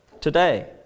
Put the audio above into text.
today